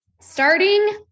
Starting